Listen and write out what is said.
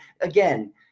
again